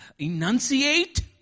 Enunciate